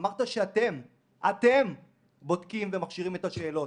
אמרת שאתם בודקים ומכשירים את השאלות.